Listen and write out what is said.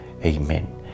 Amen